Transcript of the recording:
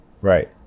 Right